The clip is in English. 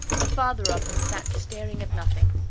the father of him sat staring at nothing,